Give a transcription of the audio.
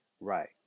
right